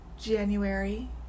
January